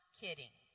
kidding